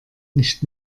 nicht